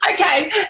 Okay